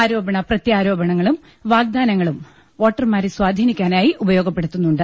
ആരോപണ പ്രത്യാരോ പണങ്ങളും വാഗ്ദാനങ്ങളും വോട്ടർമാരെ സ്വാധീനിക്കാനായി ഉപയോഗ പ്പെടുത്തുന്നുണ്ട്